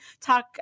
talk